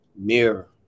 Mirror